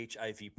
HIV